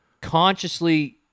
consciously